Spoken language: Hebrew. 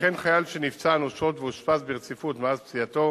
וכן חייל שנפצע אנושות ואושפז ברציפות מאז פציעתו